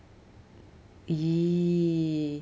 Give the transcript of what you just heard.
the